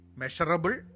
measurable